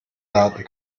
laden